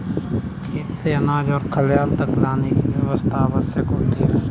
खेत से अनाज को खलिहान तक लाने की व्यवस्था आवश्यक होती है